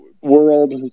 world